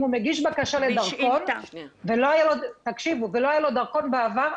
אם הוא מגיש בקשה לדרכון ולא היה לו דרכון בעבר,